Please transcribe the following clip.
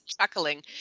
chuckling